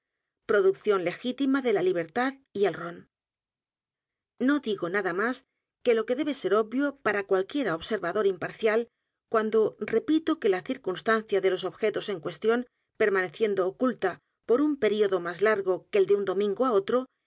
producción legítima de la libertad y el ron no digo nada más que lo que debe ser obvio p a r a cualquiera observador imparcial cuando repito que la circunstancia de los objetos en cuestión p e r m a n e ciendo oculta por un período más largo que el de u n domingo á otro